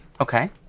Okay